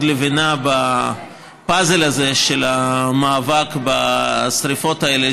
לבנה בפאזל הזה של המאבק בשרפות האלה,